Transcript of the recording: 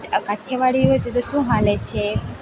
આ કાઠિયાવાડી હોય તો તે શું ચાલે છે